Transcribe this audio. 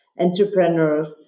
entrepreneurs